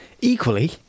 Equally